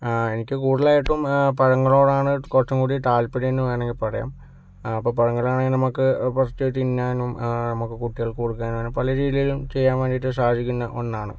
എനിക്ക് കൂടുതലായിട്ടും പഴങ്ങളോടാണ് കുറച്ചും കൂടി താല്പര്യം എന്ന് വേണമെങ്കിൽ പറയാം അപ്പോൾ പഴങ്ങളാണെ നമുക്ക് പറിച്ചു തിന്നാനും നമ്മൾക്ക് കുട്ടികൾക്ക് കൊടുക്കാനും പല രീതിയിലും ചെയ്യാൻ വേണ്ടീട്ട് സാധിക്കുന്ന ഒന്നാണ്